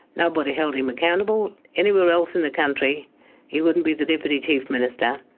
nobody held him accountable. anywhere else in the country he wouldn't be the deputy chief minister.